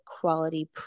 quality